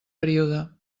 període